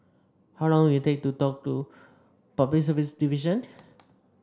how long will it take to talk to Public Service Division